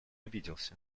обиделся